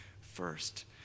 first